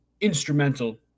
instrumental